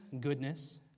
goodness